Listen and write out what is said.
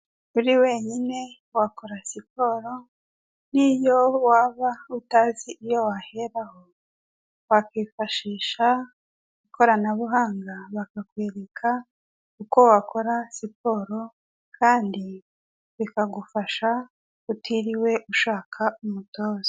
Uri wenyine wakora siporo, niyo waba utazi iyo waheraho, wakwifashisha ikoranabuhanga bakakwereka uko wakora siporo kandi bikagufasha utiriwe ushaka umutoza.